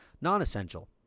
non-essential